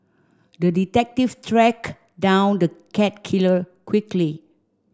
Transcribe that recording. the detective tracked down the cat killer quickly